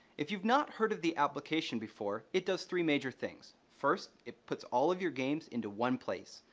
if you've not heard of the application before, it does three major things. first, it puts all of your games into one place.